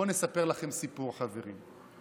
בואו נספר לכם סיפור, חברים.